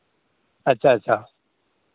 अच्छा अच्छा